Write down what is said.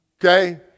Okay